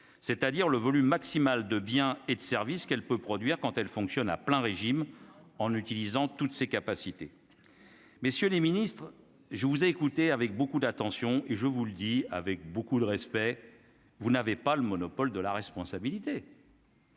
c'est-à-dire le volume maximal de biens et de services qu'elle peut produire quand elle fonctionne à plein régime en utilisant toutes ses capacités, messieurs les Ministres, je vous ai écouté avec beaucoup d'attention et je vous le dis avec beaucoup de respect, vous n'avez pas le monopole de la responsabilité.